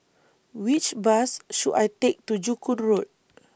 Which Bus should I Take to Joo Koon Road